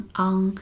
on